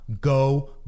Go